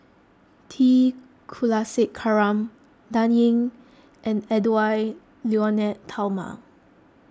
T Kulasekaram Dan Ying and Edwy Lyonet Talma